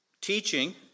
teaching